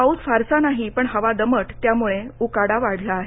पाऊस फारसा नाही पण हवा दमट त्यामुळे उकाडा वाढला आहे